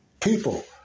People